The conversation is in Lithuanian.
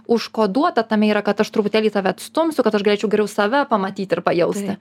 užkoduota tame yra kad aš truputėlį tave atstumsiu kad aš galėčiau geriau save pamatyt ir pajausti